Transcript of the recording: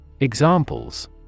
Examples